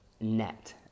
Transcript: net